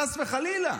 חס וחלילה.